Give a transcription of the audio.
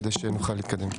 כדי שנוכל להתקדם.